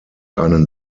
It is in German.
einen